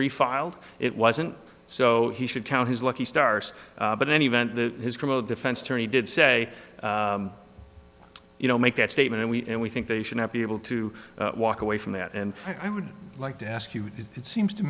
refiled it wasn't so he should count his lucky stars but in any event the his criminal defense attorney did say you know make that statement and we and we think they should not be able to walk away from that and i would like to ask you it seems to